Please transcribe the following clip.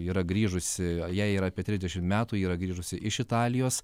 yra grįžusi jai yra apie trisdešimt metų ji yra grįžusi iš italijos